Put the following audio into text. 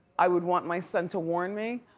i would want my son to warn me.